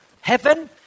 heaven